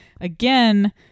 again